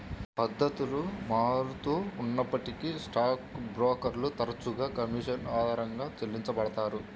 పద్ధతులు మారుతూ ఉన్నప్పటికీ స్టాక్ బ్రోకర్లు తరచుగా కమీషన్ ఆధారంగా చెల్లించబడతారు